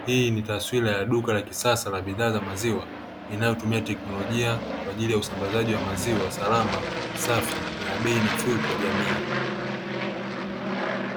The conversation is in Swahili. Hii ni taswira ya duka la kisasa la bidhaa za maziwa linayotumia teknolojia, kwa ajili ya usambazaji wa maziwa salama safi na ya bei nafuu kwa jamii.